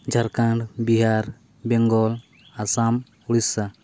Jharkhand Bihar Bengal Assam Odisha